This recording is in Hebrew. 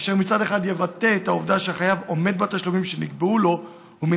אשר מצד אחד יבטא את העובדה שהחייב עומד בתשלומים שנקבעו לו ומן